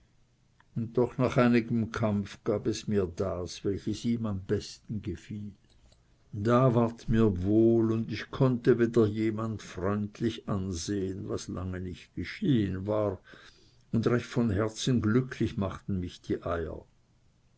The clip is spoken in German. und doch nach einigem kampf gab es mir das welches ihm am besten gefiel da ward mir wohl und ich konnte wieder jemand freundlich ansehen was lange nicht geschehen war und recht von herzen glücklich machten mich die eier